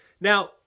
Now